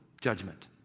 judgment